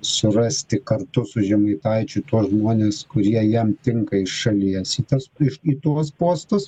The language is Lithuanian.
surasti kartu su žemaitaičiu tuos žmones kurie jam tinka iš šalies į tas iš į tuos postus